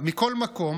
מכל מקום,